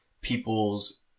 people's